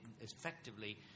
effectively